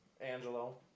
Angelo